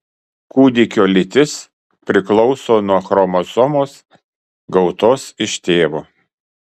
kūdikio lytis priklauso nuo chromosomos gautos iš tėvo